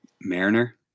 mariner